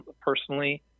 personally